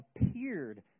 appeared